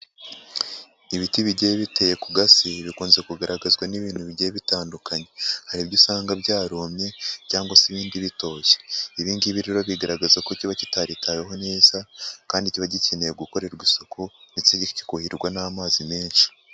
Ibiti bigiye biteye ku gasi bikunze kugaragazwa n'ibintu bigiye bitandukanye, hari ibyo usanga byarumye cyangwa se ibindi bitoshye, ibi ngibi rero bigaragaza ko kiba kitaritaweho neza, kandi kiba gikeneye gukorerwa isuku ndetse kikuhirwa n'amazi menshi.